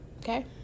okay